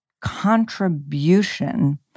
contribution